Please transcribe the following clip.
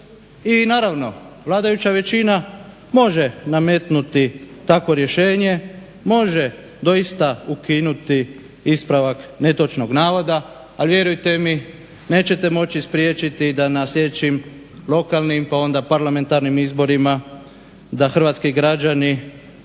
i naravno vladajuća većina može nametnuti takvo rješenje, može doista ukinuti ispravak netočnog navoda al' vjerujte mi nećete moći spriječiti da na sljedećim lokalnim pa onda parlamentarnim izborima da hrvatski građani